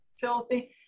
filthy